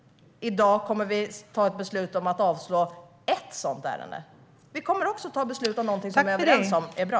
I dag kommer vi att ta ett beslut om att avslå ett sådant ärende. Vi kommer också att ta beslut om någonting som vi är överens om är bra.